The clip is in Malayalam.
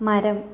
മരം